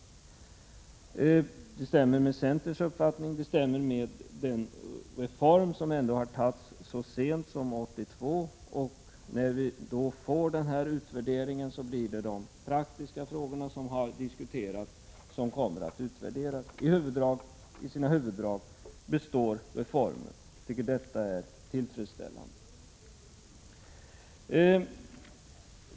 Detta stämmer med centerns uppfattning och med den reform som ändå infördes så sent som 1982. När vi får utvärderingen blir det fråga om de praktiska frågorna. I sina huvuddrag kommer reformen att bestå. Jag tycker det är tillfredsställande.